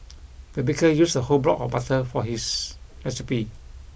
the baker used a whole block of butter for this recipe